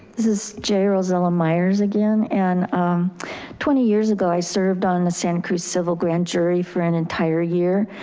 this is jay rosella myers again, and twenty years ago, i served on the santa cruz civil grand jury for an entire year.